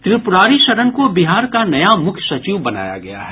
त्रिपुरारि शरण को बिहार का नया मुख्य सचिव बनाया गया है